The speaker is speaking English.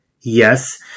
yes